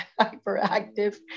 hyperactive